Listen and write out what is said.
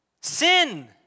Sin